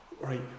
right